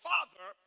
Father